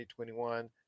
2021